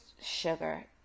Sugar